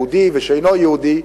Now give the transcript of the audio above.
יהודי ושאינו יהודי,